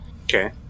Okay